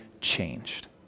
changed